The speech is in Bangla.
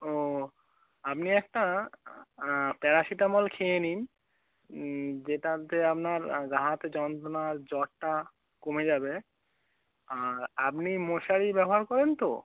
ও আপনি একটা প্যারাসিটামল খেয়ে নিন যেটাতে আপনার গা হাতে যন্ত্রণা আর জ্বরটা কমে যাবে আপনি মশারি ব্যবহার করেন তো